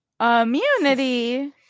Immunity